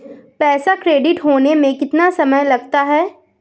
पैसा क्रेडिट होने में कितना समय लगता है?